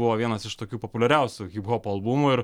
buvo vienas iš tokių populiariausių hiphopo albumų ir